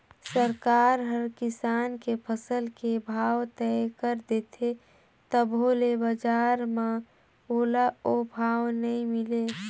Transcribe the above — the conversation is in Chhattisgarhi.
सरकार हर किसान के फसल के भाव तय कर देथे तभो ले बजार म ओला ओ भाव नइ मिले